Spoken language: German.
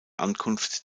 ankunft